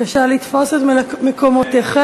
בבקשה לתפוס את מקומותיכם.